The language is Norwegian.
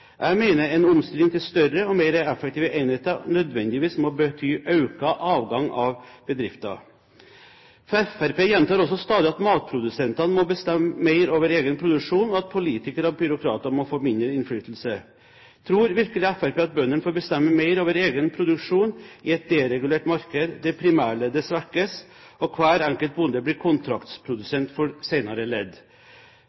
Jeg mener en omstilling til større og mer effektive enheter nødvendigvis må bety økt avgang av bedrifter. Fremskrittspartiet gjentar også stadig at matprodusentene må få bestemme mer over egen produksjon, og at politikere og byråkrater må få mindre innflytelse. Tror virkelig Fremskrittspartiet at bøndene får bestemme mer over egen produksjon i et deregulert marked, der primærleddet svekkes og hver enkelt bonde blir